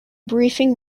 briefing